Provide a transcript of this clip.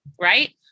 right